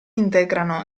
integrano